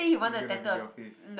is it gonna be your face